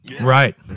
Right